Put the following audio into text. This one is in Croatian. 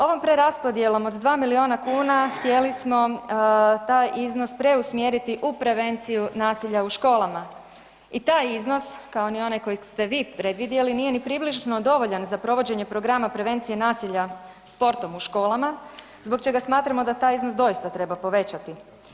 Ovom preraspodjelom od 2 milijuna kuna htjeli smo taj iznos preusmjeriti u prevenciju nasilja u školama i taj iznos, kao ni onaj kojeg ste vi predvidjeli nije ni približno dovoljan za provođenje programa prevencije nasilja sportom u školama, zbog čega smatramo da taj iznos doista treba povećati.